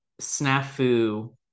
snafu